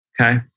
Okay